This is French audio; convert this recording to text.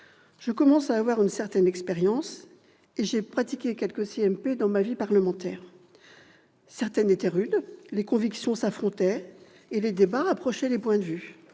Je commence à avoir une certaine expérience et j'ai participé à quelques commissions mixtes paritaires dans ma vie parlementaire. Certaines étaient rudes, les convictions s'affrontaient et les débats rapprochaient les points de vue.